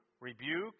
rebuke